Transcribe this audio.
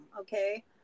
okay